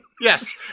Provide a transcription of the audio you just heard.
Yes